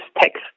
text